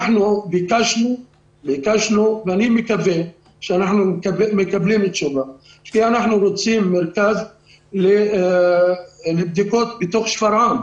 ביקשנו ואני מקווה שנקבל תשובה כי אנחנו רוצים מרכז לבדיקות בתוך שפרעם.